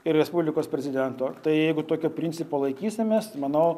ir respublikos prezidento tai jeigu tokio principo laikysimės manau